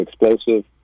explosive